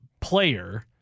player